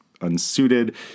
unsuited